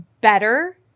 Better